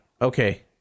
Okay